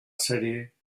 serie